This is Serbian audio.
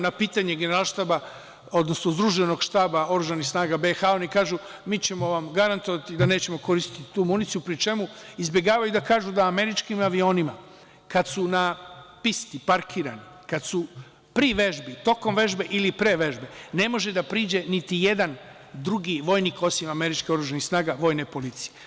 Na pitanje Združenog štaba oružanih snaga BiH oni kažu: „Mi ćemo vam garantovati da nećemo koristiti tu municiju“, pri čemu izbegavaju da kažu da američkim avionima, kada su na pisti, parkirani, kada su pri vežbi, tokom vežbe ili pre vežbe, ne može da priđe niti jedan drugi vojnik osim američkih oružanih snaga vojne policije.